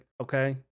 okay